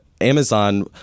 Amazon